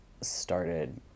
started